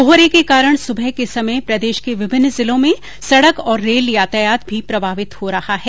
कोहरे के कारण सुबह के समय प्रदेश के विभिन्न जिलों में सड़क और रेल यातायात भी प्रभावित हो रहा है